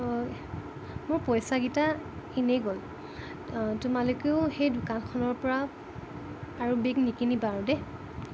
মোৰ পইচাকেইটা এনেই গ'ল তোমালোকেও সেই দোকানখনৰ পৰা আৰু বেগ নিকিনিবা আৰু দেই